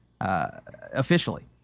officially